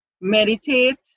Meditate